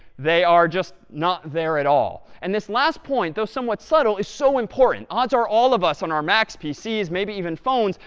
they are just not there at all. and this last point, though somewhat subtle, is so important. odds are all of us on our macs, pcs. maybe even phones,